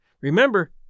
Remember